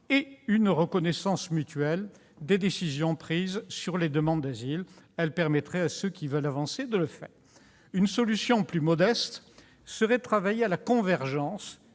sur une reconnaissance mutuelle des décisions prises quant aux demandes d'asile. Elle permettrait à ceux qui veulent avancer de le faire. La seconde solution, plus modeste, serait de travailler à la convergence